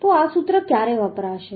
તો આ સૂત્ર ક્યારે વપરાશે